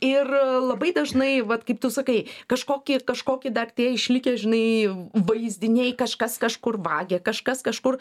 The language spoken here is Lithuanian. ir labai dažnai vat kaip tu sakai kažkokie kažkokie dar tie išlikę žinai vaizdiniai kažkas kažkur vagia kažkas kažkur